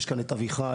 אביחי,